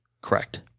Correct